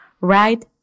right